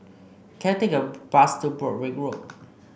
can I take a bus to Broadrick Road